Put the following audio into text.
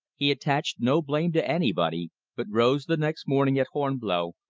he attached no blame to anybody, but rose the next morning at horn-blow,